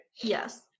yes